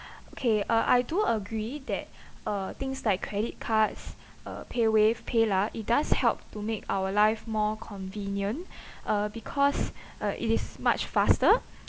okay uh I do agree that uh things like credit cards uh paywave paylah it does help to make our life more convenient uh because uh it is much faster